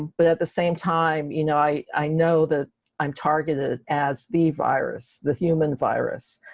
but at the same time you know, i i know that i'm targeted as the virus the human virus,